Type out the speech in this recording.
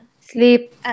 Sleep